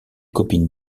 copine